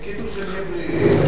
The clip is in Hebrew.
בקיצור שנהיה בריאים.